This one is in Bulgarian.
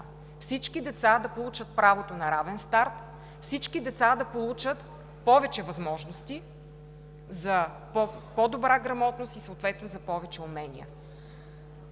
всички деца да получат правото на равен старт, всички деца да получат повече възможности за по-добра грамотност и съответно за повече умения.